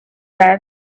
said